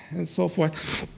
and so forth.